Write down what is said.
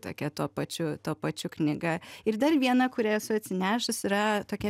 tokia tuo pačiu tuo pačiu knyga ir dar viena kurią esu atsinešus yra tokia